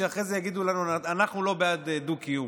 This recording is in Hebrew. ואחר כך יגידו לנו שאנחנו לא בעד דו-קיום.